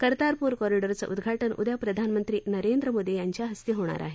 कर्तारपूर कॉरिडॉरचं उद्घाटन उद्या प्रधानमंत्री नरेंद्र मोदी यांच्या हस्ते होणार आहे